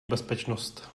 bezpečnost